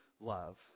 love